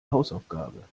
hausaufgabe